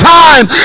time